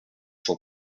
cent